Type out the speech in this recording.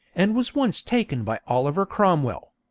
and was once taken by oliver cromwell.